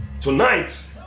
tonight